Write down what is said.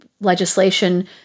legislation